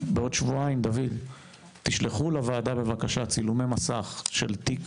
בעוד שבועיים תשלחו לוועדה בבקשה צילומי מסך של תיק